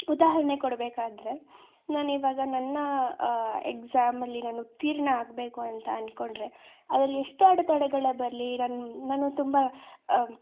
ಉದಾಹರಣೆ ಕೊಡಬೇಕಾದ್ರೆ ನಾನಿವಾಗ ನನ್ನ ಎಕ್ಸಾಮಲ್ಲಿ ನಾನು ಉತ್ತೀರ್ಣ ಆಗಬೇಕು ಅಂತ ಅಂದ್ಕೊಂಡ್ರೆ ಅದರಲ್ಲಿ ಎಷ್ಟೇ ಅಡೆತಡೆಗಳು ಬರಲಿ ನಾನು ನಾನು ತುಂಬ